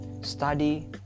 Study